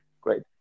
Great